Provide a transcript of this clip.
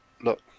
look